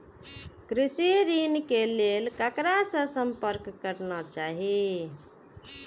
कृषि ऋण के लेल ककरा से संपर्क करना चाही?